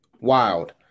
Wild